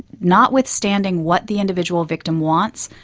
notwithstanding what the individual victim wants,